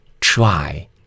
try